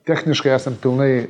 techniškai esam pilnai